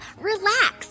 Relax